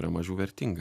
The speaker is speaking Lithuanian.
yra mažiau vertinga